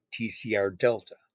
TCR-delta